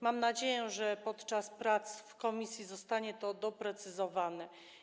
Mam nadzieję, że podczas prac w komisji zostanie to doprecyzowane.